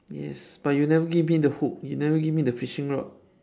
yes but you never give me the hook you never give me the fishing rod